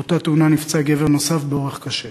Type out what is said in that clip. באותה תאונה נפצע גבר נוסף באורח קשה,